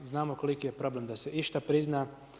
Znamo koliki je problem da se išta prizna.